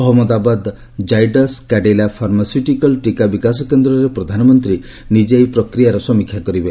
Ahmedabad Zydus Cadila pharmaceutical ଟୀକା ବିକାଶ କେନ୍ଦ୍ରରେ ପ୍ରଧାନମନ୍ତ୍ରୀ ନିଜେ ଏହି ପ୍ରକ୍ରିୟାର ସମୀକ୍ଷା କରିବେ